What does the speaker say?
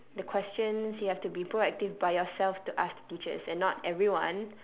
the questions you have to be proactive by yourself to ask the teachers and not everyone